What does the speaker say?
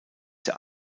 der